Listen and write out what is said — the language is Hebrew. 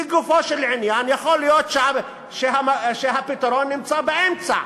לגופו של עניין יכול להיות שהפתרון נמצא באמצע.